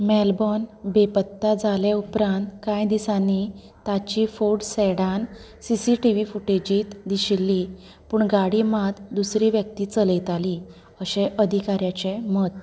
Melbourne बेपत्ता जाले उपरांत कांय दिसांनी ताची फोड sedan C C T V फुटेजींत दिशिल्ली पूण गाडी मात दुसरी व्यक्ती चलयताली अशें अधिकाऱ्याचें मत